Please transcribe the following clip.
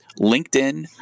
LinkedIn